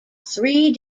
three